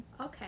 Okay